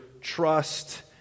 trust